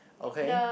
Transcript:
okay